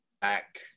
back